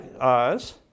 eyes